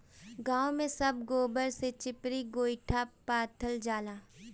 गांव में सब गोबर से चिपरी गोइठा पाथल जाला